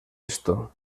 esto